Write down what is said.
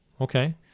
Okay